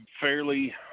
fairly